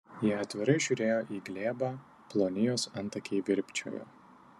ji atvirai žiūrėjo į glėbą ploni jos antakiai virpčiojo